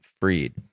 Freed